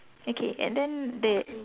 okay and then the